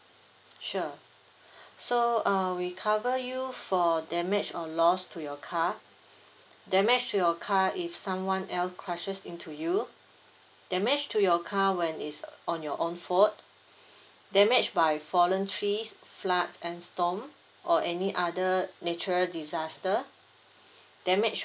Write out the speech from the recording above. sure so uh we cover you for damage or loss to your car damage to your car if someone else crushes into you damage to your car when it's on your own fault damaged by fallen trees floods and storm or any other natural disaster damage